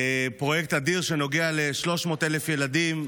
פרויקט אדיר שנוגע ל-300,000 ילדים,